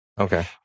okay